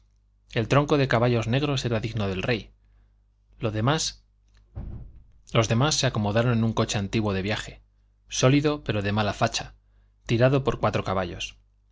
el tronco de caballos negros era digno del rey los demás se acomodaron en un coche antiguo de viaje sólido pero de mala facha tirado por cuatro caballos